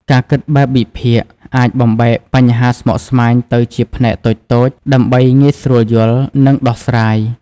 ការគិតបែបវិភាគ អាចបំបែកបញ្ហាស្មុគស្មាញទៅជាផ្នែកតូចៗ ដើម្បីងាយស្រួលយល់ និងដោះស្រាយ។